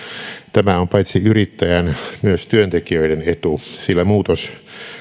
tämä on paitsi yrittäjän myös työntekijöiden etu sillä muutos